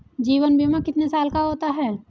जीवन बीमा कितने साल का होता है?